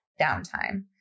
downtime